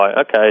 okay